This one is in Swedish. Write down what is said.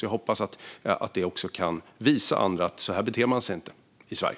Jag hoppas att detta kan visa andra att man inte beter sig på detta sätt i Sverige.